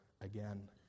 again